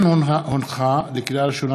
לקריאה ראשונה,